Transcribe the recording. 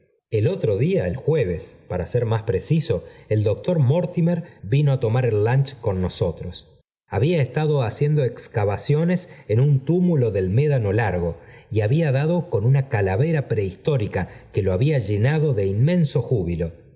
el otro día el jueves para ser mas preciso el doctor mortimer vino á tomar el lunch con nosotros había estado haciendo excavaciones en un túmulo del médano largo y había dado con una calavera prehistórica que lo había llena do de inmenso júbilo